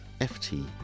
FT